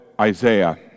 Isaiah